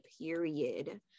period